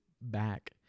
back